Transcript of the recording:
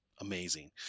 amazing